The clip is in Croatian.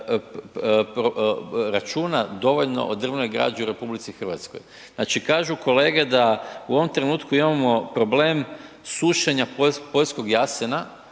računa dovoljno o drvnoj građi u RH. Znači kažu kolege da u ovom trenutku imamo problem sušenja poljskog jasena